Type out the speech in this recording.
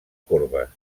corbes